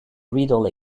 rideau